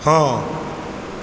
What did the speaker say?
हँ